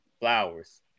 Flowers